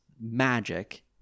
magic